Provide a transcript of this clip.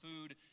food